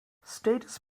status